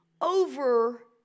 over